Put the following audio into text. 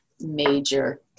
major